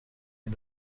این